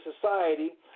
society